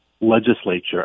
legislature